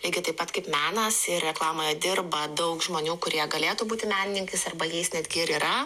lygiai taip pat kaip menas ir reklamoje dirba daug žmonių kurie galėtų būti menininkais arba jais netgi ir yra